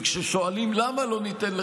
וכששואלים: למה לא ניתן?